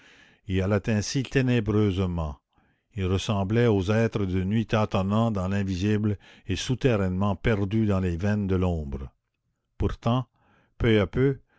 il allait ainsi ténébreusement il ressemblait aux êtres de nuit tâtonnant dans l'invisible et souterrainement perdus dans les veines de l'ombre pourtant peu à peu